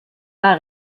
war